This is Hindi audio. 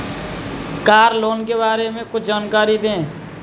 कार लोन के बारे में कुछ जानकारी दें?